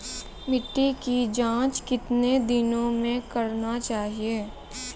मिट्टी की जाँच कितने दिनों मे करना चाहिए?